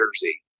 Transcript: jersey